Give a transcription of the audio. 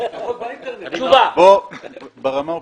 ברמה האופרטיבית.